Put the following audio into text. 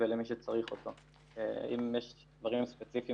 אם זה היה מלצר הוא לא היה מקבל טיפ.